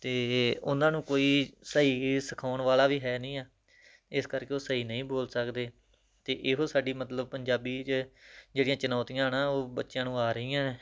ਅਤੇ ਉਨ੍ਹਾਂ ਨੂੰ ਕੋਈ ਸਹੀ ਸਿਖਾਉਣ ਵਾਲਾ ਵੀ ਹੈ ਨਹੀਂ ਆ ਇਸ ਕਰਕੇ ਉਹ ਸਹੀ ਨਹੀਂ ਬੋਲ ਸਕਦੇ ਅਤੇ ਇਹੋ ਸਾਡੀ ਮਤਲਬ ਪੰਜਾਬੀ 'ਚ ਜਿਹੜੀਆਂ ਚੁਣੌਤੀਆਂ ਨਾ ਉਹ ਬੱਚਿਆਂ ਨੂੰ ਆ ਰਹੀਆਂ